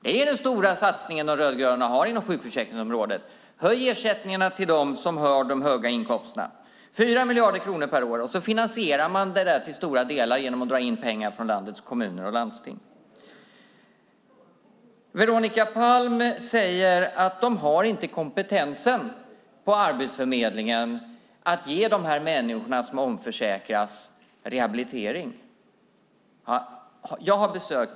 Det är den stora satsning som De rödgröna har på sjukförsäkringsområdet - höj ersättningarna till dem som har de högsta inkomsterna. Det kostar 4 miljarder kronor per år, och det finansierar man till stora delar genom att dra in pengar från landets kommuner och landsting. Veronica Palm säger att de inte har kompetensen vid Arbetsförmedlingen att ge de människor som omförsäkras rehabilitering.